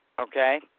okay